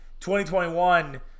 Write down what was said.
2021